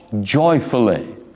joyfully